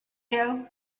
dough